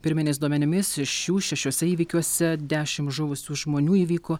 pirminiais duomenimis šių šešiuose įvykiuose dešim žuvusių žmonių įvyko